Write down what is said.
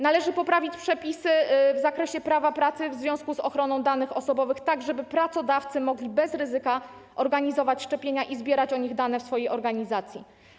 Należy poprawić przepisy w zakresie prawa pracy w związku z ochroną danych osobowych, tak żeby pracodawcy mogli bez ryzyka organizować szczepienia i zbierać o nich dane w swojej organizacji.